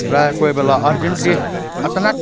प्रायः कोही बेला अर्जेन्टली अचानक